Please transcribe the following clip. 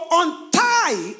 untie